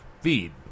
feed